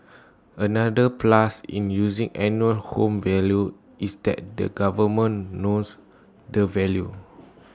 another plus in using annual home value is that the government knows the value